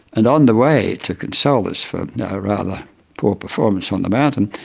and on the way to console us for a rather poor performance on the mountain,